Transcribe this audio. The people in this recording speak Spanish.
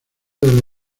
del